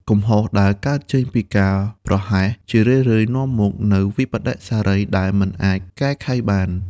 កំហុសដែលកើតចេញពីការប្រហែស ជារឿយៗនាំមកនូវវិប្បដិសារីដែលមិនអាចកែខៃបាន។